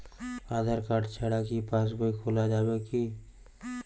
আধার card ছাড়া কি পাসবই খোলা যাবে কি?